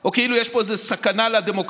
או כאילו יש פה איזה סכנה לדמוקרטיה,